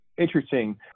interesting